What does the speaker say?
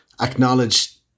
acknowledge